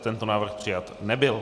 Tento návrh přijat nebyl.